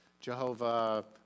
Jehovah